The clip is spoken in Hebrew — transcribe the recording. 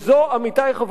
עמיתי חברי הכנסת,